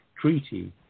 treaty